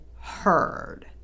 heard